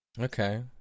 Okay